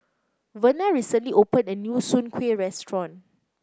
Verna recently opened a new Soon Kueh restaurant